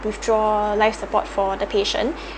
withdraw life support for the patient